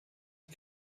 die